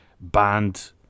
banned